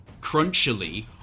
crunchily